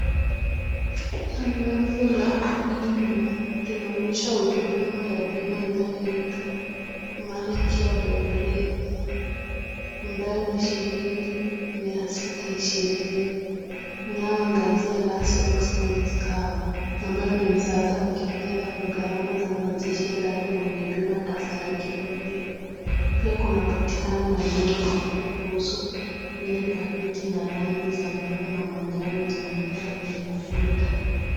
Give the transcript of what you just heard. Tangazo la bima linaonyesha huduma ya bima inayoitwa Malkia by Britam ambayo ni shilingi mia sita ishirini inayoangazia Last Expense cover ambayo ni msaada wa kifedha kwa gharama za mazishi endapo mwenye bima atafariki dunia. Pia kunapatikana maelezo mafupi kuhusu hili pakiti na rangi za buluu na manjano zinatumika kwenye ku...